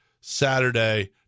Saturday